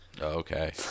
Okay